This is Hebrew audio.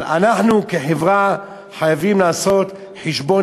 אבל אנחנו כחברה חייבים לעשות חשבון